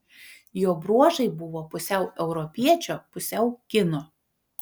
jo bruožai buvo pusiau europiečio pusiau kino